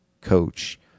coach